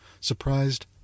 surprised